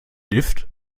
lift